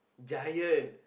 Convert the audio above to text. giant